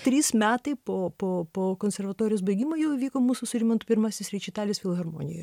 trys metai po po po konservatorijos baigimo jau vyko mūsų su rimantu pirmasis rečitalis filharmonijoj